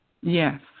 Yes